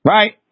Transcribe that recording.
Right